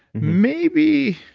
maybe,